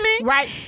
right